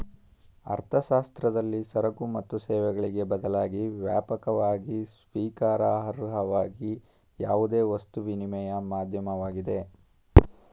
ಅರ್ಥಶಾಸ್ತ್ರದಲ್ಲಿ ಸರಕು ಮತ್ತು ಸೇವೆಗಳಿಗೆ ಬದಲಾಗಿ ವ್ಯಾಪಕವಾಗಿ ಸ್ವೀಕಾರಾರ್ಹವಾದ ಯಾವುದೇ ವಸ್ತು ವಿನಿಮಯ ಮಾಧ್ಯಮವಾಗಿದೆ